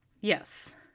yes